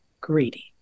greedy